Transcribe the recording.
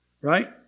Right